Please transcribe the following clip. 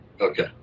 Okay